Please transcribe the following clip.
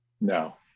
No